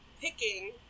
picking